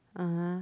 (uh huh)